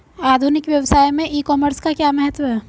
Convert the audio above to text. आधुनिक व्यवसाय में ई कॉमर्स का क्या महत्व है?